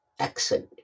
accent